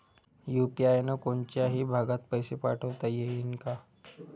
UPI न कोनच्याही भागात पैसे पाठवता येईन का?